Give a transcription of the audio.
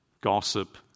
gossip